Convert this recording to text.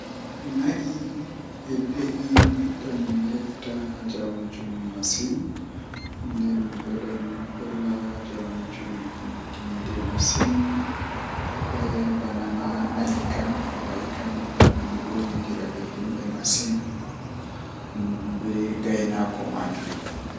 Mi wiyan mo o wara o nasta law to woodi ko o numata o acca numugo o wala o de'ita o wallina hakkilo mako to owadi bannin mai jei asaweerer gotel pat sali sei mi wiya mo o yaha o laara likita hebana mo lekki bo ofonda o laara